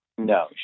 No